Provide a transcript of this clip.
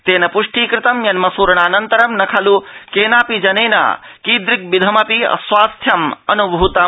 तेन पृष्टीकृतं यन्मसूरणाऽनन्तरं न खल् केनापि जनेन कीदृग्विधमपि अस्वास्थ्यम अनुभूतम